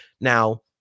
Now